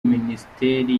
minisiteri